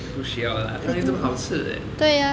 不需要啦汤圆这么好吃 leh